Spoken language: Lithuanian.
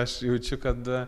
aš jaučiu kad